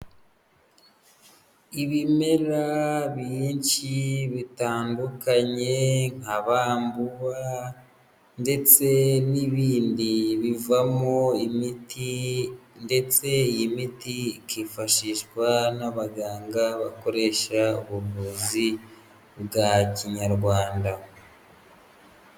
Ibimera byinshi bitandukanye nka bambubawa ndetse n'ibindi bivamo imiti, ndetse iyi miti ikifashishwa n'abaganga bakoresha ubuvuzi bwa kinyarwanda.